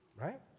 right